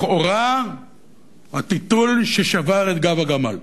לכאורה, ה"טיטול" ששבר את גב הגמל.